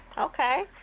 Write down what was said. Okay